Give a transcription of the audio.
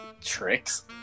tricks